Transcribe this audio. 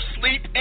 sleep